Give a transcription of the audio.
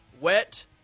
wet